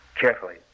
carefully